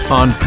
on